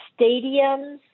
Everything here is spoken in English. stadiums